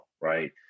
right